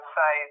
say